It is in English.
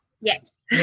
Yes